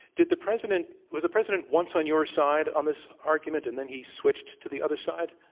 did the president was the president once on your side on this argument, and then he switched to the other side?